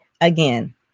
again